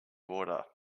water